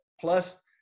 plus